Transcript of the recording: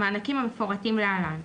את המענקים המפורטים להלן: